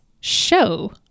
show